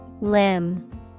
Limb